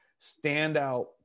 standout